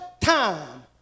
time